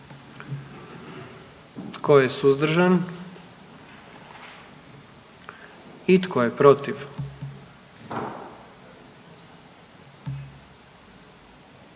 Tko je suzdržan? I tko je protiv?